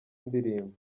ndirimbo